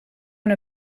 one